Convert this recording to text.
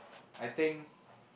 I think